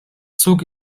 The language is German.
zog